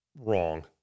wrong